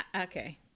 Okay